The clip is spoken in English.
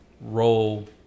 role